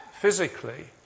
physically